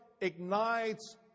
ignites